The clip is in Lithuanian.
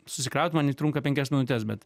susikraut man jį trunka penkias minutes bet